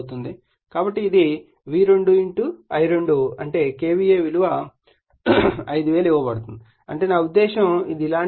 కాబట్టి ఇది V2 I2 అంటే KVA విలువ 5000 ఇవ్వబడుతుంది అంటే నా ఉద్దేశ్యం ఇది ఇలాంటిదే